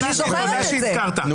וברשתות חברתיות לא מנהלים מדינה,